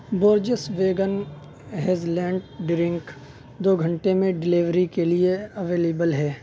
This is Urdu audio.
بورجس ویگن ہیزلنڈ ڈرنک دو گھنٹے میں ڈیلیوری کے لیے اویلیبل ہے